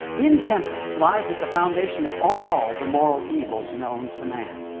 intemperance lies at the foundation of all the moral evils known to man.